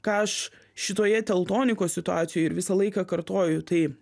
ką aš šitoje teltonikos situacijoj ir visą laiką kartoju tai